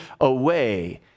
away